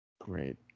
Great